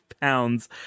pounds